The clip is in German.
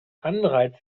anreiz